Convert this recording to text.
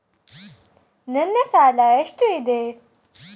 ನನ್ನ ಸಾಲ ಎಷ್ಟು ಇದೆ?